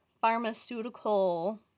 pharmaceutical